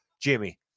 Jimmy